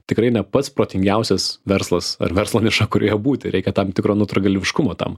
tikrai ne pats protingiausias verslas ar verslo nišą kurioje būti reikia tam tikro nutrūgalviškumo tam